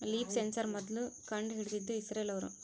leaf sensor ಮೊದ್ಲು ಕಂಡು ಹಿಡಿದಿದ್ದು ಇಸ್ರೇಲ್ ಅವ್ರು